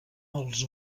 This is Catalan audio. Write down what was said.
els